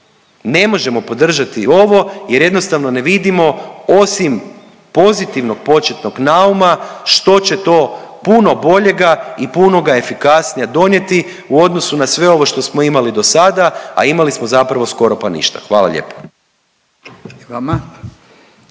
Ne možemo podržati ovo jer jednostavno ne vidimo osim pozitivnog početnog nauma što će to puno boljega i puno efikasnije donijeti u odnosu na sve ovo što smo imali do sada, a imali smo zapravo skoro pa ništa. Hvala lijepo.